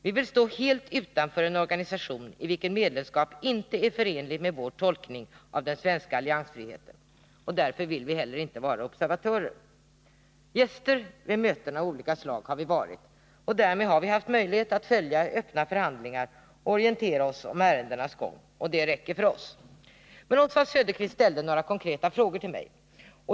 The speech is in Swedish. Vi vill stå helt utanför en organisation i vilken medlemskap inte är förenligt med vår tolkning av den svenska alliansfriheten. Därför vill vi inte heller vara observatörer. Gäster har vi varit vid möten av olika slag, och därmed har vi haft möjlighet att följa öppna förhandlingar och orientera oss om ärendenas gång, och det räcker för oss. Oswald Söderqvist ställde några konkreta frågor till mig.